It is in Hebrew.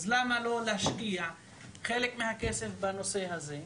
אז למה לא להשקיע חלק מהכסף בנושא הזה?